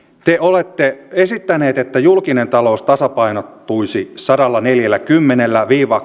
te olette esittäneet että julkinen talous tasapainottuisi sadallaneljälläkymmenellä viiva